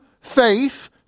faith